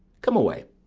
come away.